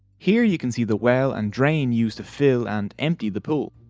here you can see the well and drain used to fill and empty the pool.